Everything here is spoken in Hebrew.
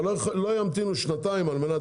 אבל לא ימתינו שנתיים על מנת